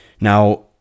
now